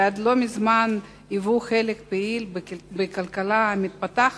שעד לא מזמן היו חלק פעיל מהכלכלה המתפתחת,